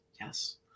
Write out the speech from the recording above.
Yes